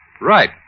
Right